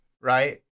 right